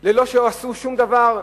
בלא שעשו שום דבר.